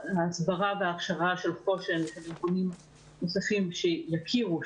ההסברה וההכשרה של חוש"ן ושל ארגונים נוספים שיכירו,